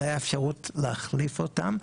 אז הייתה אפשרות להחליף אותם,